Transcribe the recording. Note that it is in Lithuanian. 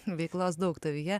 veiklos daug tavyje